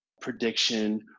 prediction